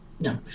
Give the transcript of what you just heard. No